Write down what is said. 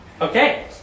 Okay